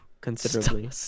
considerably